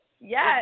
Yes